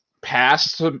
passed –